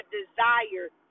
desired